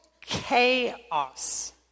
chaos